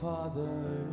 Father